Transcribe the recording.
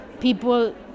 people